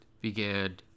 began